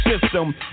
system